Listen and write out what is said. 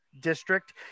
district